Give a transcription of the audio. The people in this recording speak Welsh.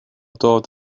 dod